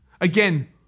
Again